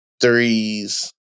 threes